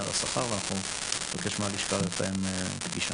על השכר ואנחנו נבקש מהלשכה לתאם פגישה.